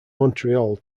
montreal